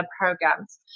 programs